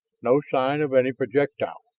no sign of any projectile.